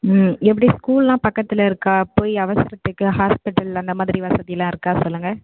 ம் எப்படி ஸ்கூல்லெலாம் பக்கத்தில் இருக்கா போய் அவசரத்துக்கு ஹாஸ்பிட்டல் அந்த மாதிரி வசதியெல்லாம் இருக்கா சொல்லுங்க